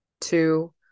two